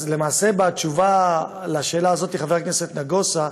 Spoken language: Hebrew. למעשה, בתשובה על השאלה הזאת, חבר הכנסת נגוסה,